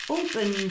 open